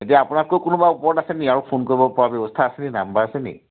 এতিয়া আপোনাতকৈ কোনোবা ওপৰত আছে নেকি আৰু ফোন কৰিবপৰা ব্যৱস্থা আছে নেকি নাম্বাৰ আছে নেকি